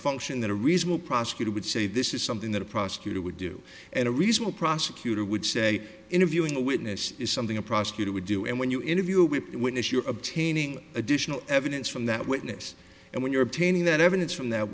function that a reasonable prosecutor would say this is something that a prosecutor would do and a reasonable prosecutor would say interviewing a witness is something a prosecutor would do and when you interview when is your obtaining additional evidence from that witness and when you're obtaining that evidence from that